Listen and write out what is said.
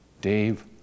Dave